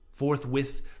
Forthwith